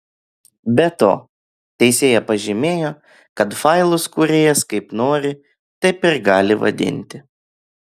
be to teisėja pažymėjo kad failus kūrėjas kaip nori taip ir gali vadinti